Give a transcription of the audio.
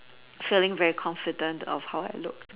feeling very confident of how I look